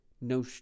No